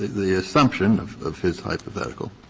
the assumption of of his hypothetical